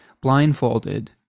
blindfolded